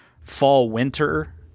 fall-winter